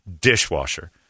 Dishwasher